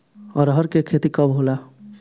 अरहर के खेती कब होला?